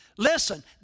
Listen